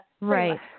right